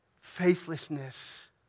faithlessness